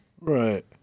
Right